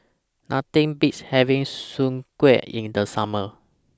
Nothing Beats having Soon Kueh in The Summer